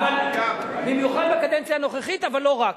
במיוחד בקדנציה הנוכחית, אבל לא רק.